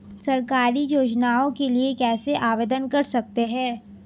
सरकारी योजनाओं के लिए कैसे आवेदन कर सकते हैं?